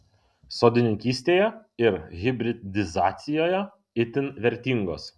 sodininkystėje ir hibridizacijoje itin vertingos